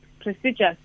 prestigious